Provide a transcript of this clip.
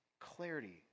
clarity